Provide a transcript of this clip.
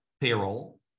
payroll